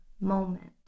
moment